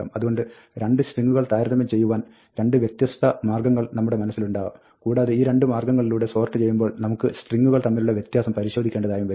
അതുകൊണ്ട് രണ്ട് സ്ട്രിങ്ങുകൾ താരതമ്യം ചെയ്യുവാൻ രണ്ട് വ്യത്യസ്ത മാർഗ്ഗങ്ങൾ നമ്മുടെ മനസ്സിലുണ്ടാവാം കൂടാതെ ഈ രണ്ട് മാർഗ്ഗങ്ങളിലൂടെ സോർട്ട് ചെയ്യുമ്പോൾ നമുക്ക് സ്ട്രിങ്ങുകൾ തമ്മിലുള്ള വ്യത്യാസം പരിശോധിക്കേണ്ടതായും വരും